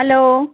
hello